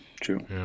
true